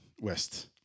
West